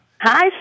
Hi